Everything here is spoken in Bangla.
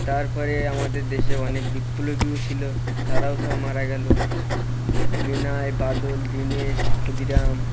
তারপরে আমাদের দেশে অনেক বিপ্লবিও ছিল তারাও সব মারা গেলো বিনয় বাদল দিনেশ ক্ষুদিরাম